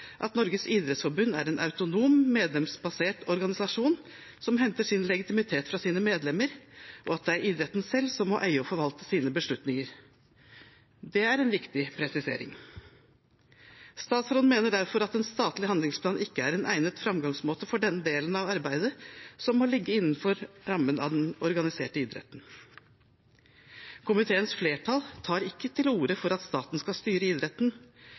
at Norges idrettsforbund er en autonom medlemsbasert organisasjon som henter sin legitimitet fra sine medlemmer, og at det er idretten selv som må eie og forvalte sine beslutninger. Det er en viktig presisering. Statsråden mener derfor at en statlig handlingsplan ikke er en egnet framgangsmåte for den delen av arbeidet som må ligge innenfor rammen av den organiserte idretten. Komiteens flertall tar ikke til orde for at staten skal styre idretten.